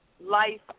life